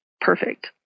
perfect